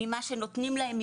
ממה שנותנים להם,